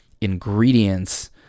ingredients